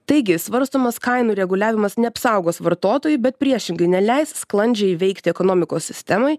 taigi svarstomas kainų reguliavimas neapsaugos vartotojų bet priešingai neleis sklandžiai veikti ekonomikos sistemai